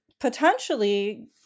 potentially